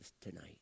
tonight